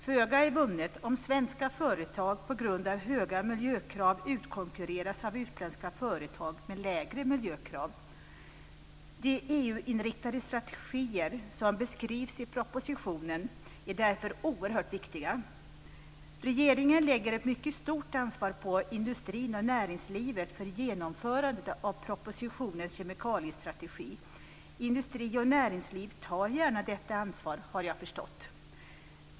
Föga är vunnet om svenska företag på grund av höga miljökrav utkonkurreras av utländska företag med lägre miljökrav. De EU-inriktade strategier som beskrivs i propositionen är därför oerhört viktiga. Regeringen lägger ett mycket stort ansvar på industrin och näringslivet för genomförandet av propositionens kemikaliestrategi. Industri och näringsliv tar också gärna detta ansvar, har jag förstått.